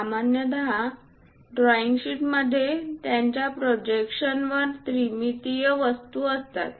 सामान्यत drawing sheet मध्ये त्यांच्या प्रोजेक्शन वर त्रिमितीय वस्तू असतात